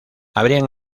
habrían